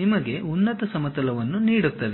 ನಿಮಗೆ ಉನ್ನತ ಸಮತಲವನ್ನು ನೀಡುತ್ತದೆ